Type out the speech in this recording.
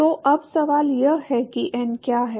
तो अब सवाल यह है कि n क्या है